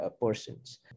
persons